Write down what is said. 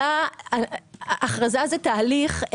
הכרזה זה תהליך.